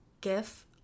gif